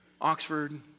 Oxford